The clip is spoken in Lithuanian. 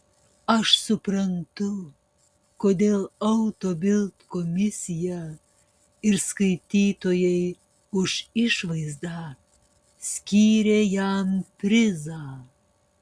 aš suprantu kodėl auto bild komisija ir skaitytojai už išvaizdą skyrė jam prizą